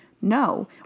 no